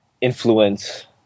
influence